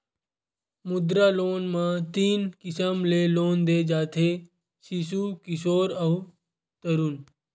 मुद्रा लोन म तीन किसम ले लोन दे जाथे सिसु, किसोर अउ तरून